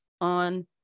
on